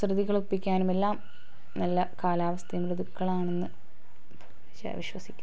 കുസൃതികൾ ഒപ്പിക്കാനും എല്ലാം നല്ല കാലാവസ്ഥയാണ് ഋതുക്കൾ ആണെന്ന് വിശ്വസിക്കുന്നു